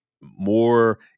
more